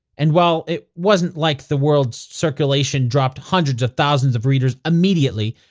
and while it wasn't like the world circulation dropped hundreds of thousands of readers immediately,